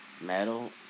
metal